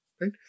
right